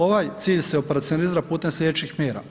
Ovaj cilj se operacionalizira putem sljedećih mjera.